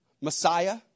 Messiah